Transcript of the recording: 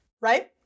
Right